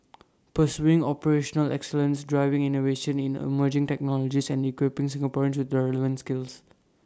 pursuing operational excellence driving innovation in emerging technologies and equipping Singaporeans with the relevant skills